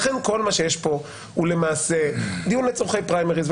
לכן כל מה שיש פה הוא דיון לצורכי פריימריז.